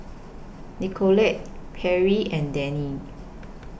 Nikole Perri and Dennie